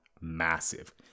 massive